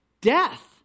Death